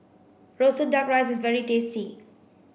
roasted duck rice is very tasty